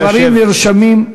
הדברים נרשמים.